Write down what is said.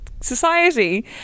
society